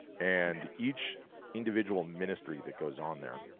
and each individual ministry that goes on there,